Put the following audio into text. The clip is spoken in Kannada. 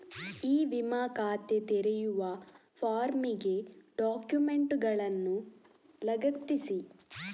ಇ ವಿಮಾ ಖಾತೆ ತೆರೆಯುವ ಫಾರ್ಮಿಗೆ ಡಾಕ್ಯುಮೆಂಟುಗಳನ್ನು ಲಗತ್ತಿಸಿ